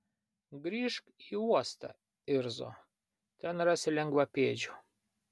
grįžk į uostą irzo ten rasi lengvapėdžių